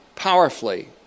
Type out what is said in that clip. Powerfully